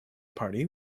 party